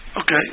Okay